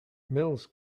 mills